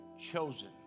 chosen